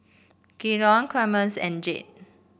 Gaylon Clemence and Jade